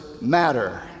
matter